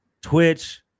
twitch